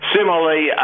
Similarly